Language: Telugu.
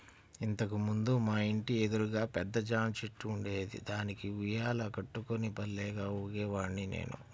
ఇంతకు ముందు మా ఇంటి ఎదురుగా పెద్ద జాంచెట్టు ఉండేది, దానికి ఉయ్యాల కట్టుకుని భల్లేగా ఊగేవాడ్ని నేను